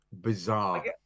bizarre